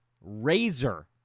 razor